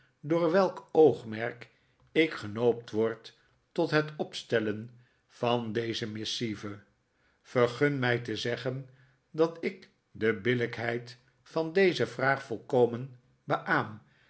door welk oogmerk ik genoopt word tot het opstellen van deze missive vergun mij te zeggen dat ik de billijkheid van deze vraag volkomen beaam